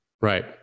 Right